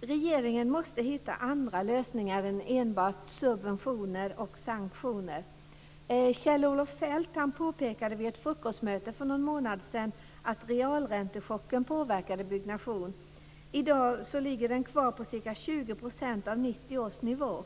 Regeringen måste hitta andra lösningar än enbart subventioner och sanktioner. Kjell-Olof Feldt påpekade vid ett frukostmöte för någon månad sedan att realräntechocken påverkade byggnationen. I dag ligger den kvar på ca 20 % av 1990 års nivå.